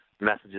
messages